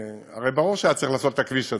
הרי ברור שהיה צריך לעשות את הכביש הזה.